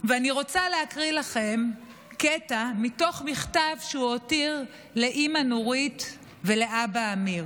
ואני רוצה להקריא לכם קטע מתוך מכתב שהוא הותיר לאימא נורית ולאבא אמיר.